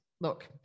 look